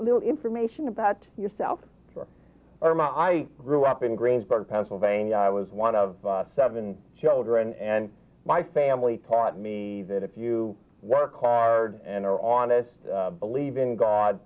a little information about yourself for armand i grew up in greensburg pennsylvania i was one of seven children and my family taught me that if you work hard and are honest believe in god